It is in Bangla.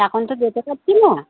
এখন তো যেতে পারছি না